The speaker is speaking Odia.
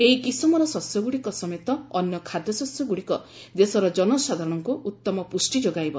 ଏହି କିସମର ଶସ୍ୟଗୁଡ଼ିକ ସମେତ ଅନ୍ୟ ଖାଦ୍ୟଶସ୍ୟଗୁଡ଼ିକ ଦେଶର ଜନସାଧାରଣଙ୍କୁ ଉତ୍ତମ ପୁଷ୍ଟି ଯୋଗାଇବ